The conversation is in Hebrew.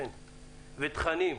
כן ותכנים,